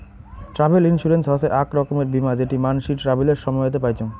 travel insurance হসে আক রকমের বীমা যেটি মানসি ট্রাভেলের সময়তে পাইচুঙ